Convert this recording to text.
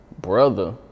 brother